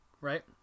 Right